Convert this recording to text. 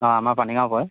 অঁ আমাৰ পানীগাঁও পৰে